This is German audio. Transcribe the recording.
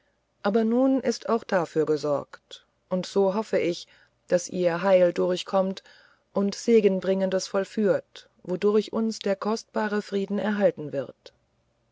aber nun ist auch dafür gesorgt und so hoffe ich daß ihr heil durchkommt und segenbringendes vollführt wodurch uns der kostbare frieden erhalten wird